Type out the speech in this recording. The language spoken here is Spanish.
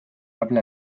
habla